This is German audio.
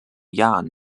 jahren